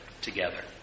together